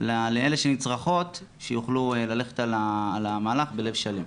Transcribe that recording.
לאלה שנצרכות שיוכלו ללכת על המהלך בלב שלם.